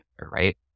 right